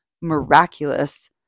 miraculous